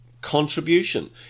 contribution